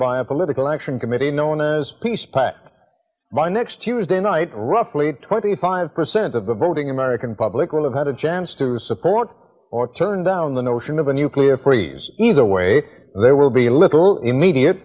by a political action committee known as peace pact by next tuesday night roughly twenty five percent of the voting american public will have had a chance to support or turn down the notion of a nuclear free either where there will be little immediate